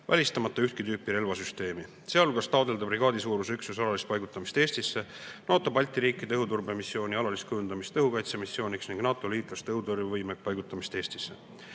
välistamata ühtki tüüpi relvasüsteemi, sealhulgas taotleda brigaadisuuruse üksuse alalist paigutamist Eestisse, NATO Balti riikide õhuturbemissiooni alalist kujundamist õhukaitsemissiooniks ning NATO-liitlaste õhutõrjevõime paigutamist Eestisse.